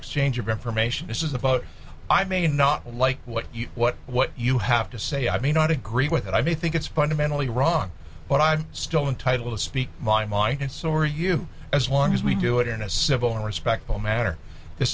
exchange of information this is about i may not like what what what you have to say i mean not agree with it i think it's fundamentally wrong but i'm still entitled to speak my mind and so are you as long as we do it in a civil and respectful manner this